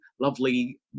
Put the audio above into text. lovely